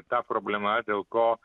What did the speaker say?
ta problema dėl ko